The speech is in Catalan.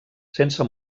sense